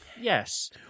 Yes